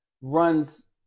runs